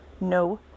No